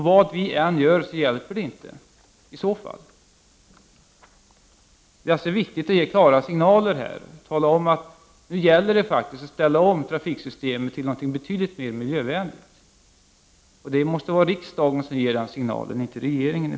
Vad vi än gör hjälper det i så fall inte. Det är alltså viktigt att vi här ger klara signaler och talar om att det gäller att ställa om trafiksystemet så att det blir betydligt mer miljövänligt. Det måste i första hand vara riksdagen som ger de signalerna och inte regeringen.